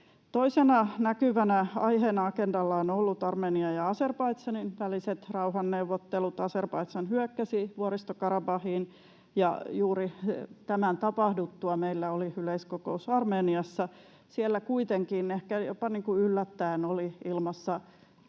Toisena näkyvänä aiheena agendalla on ollut Armenian ja Azerbaidžanin väliset rauhanneuvottelut. Azerbaidžan hyökkäsi Vuoristo-Karabahiin, ja juuri tämän tapahduttua meillä oli yleiskokous Armeniassa. Siellä kuitenkin, ehkä jopa yllättäen, oli ilmassa